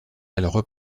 elle